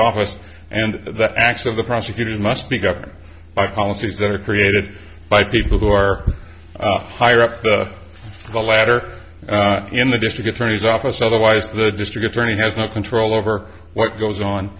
office and the acts of the prosecutors must be governed by policies that are created by people who are higher up the ladder in the district attorney's office otherwise the district attorney has no control over what goes on